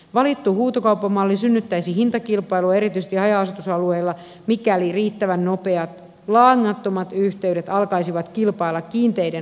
valittu huutokauppamalli synnyttäisi hintakilpailua erityisesti haja asutusalueilla mikäli riittävän nopeat langattomat yhteydet alkaisivat kilpailla kiinteiden laajakaistaverkkojen kanssa